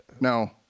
No